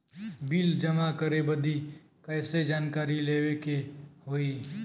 Bill जमा करे बदी कैसे जानकारी लेवे के होई?